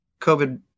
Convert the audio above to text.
COVID